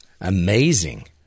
Amazing